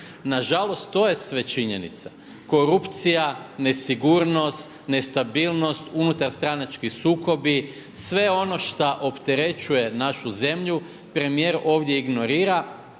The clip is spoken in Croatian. Nažalost, to je sve činjenica. Korupcija, nesigurnost, nestabilnost, unutarstranački sukobi, sve ono šta opterećuje našu zemlju, premijer ovdje ignorira